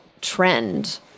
trend